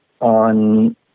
on